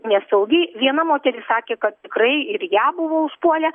nesaugiai viena moteris sakė kad tikrai ir ją buvo užpuolę